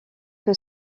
que